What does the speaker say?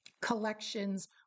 collections